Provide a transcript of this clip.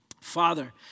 Father